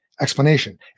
explanation